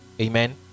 Amen